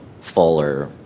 fuller